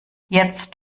jetzt